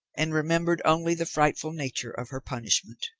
and remembered only the frightful nature of her punishment.